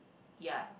ya